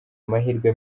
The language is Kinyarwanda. amahirwe